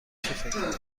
فکر